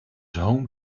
home